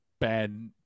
bad